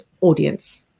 audience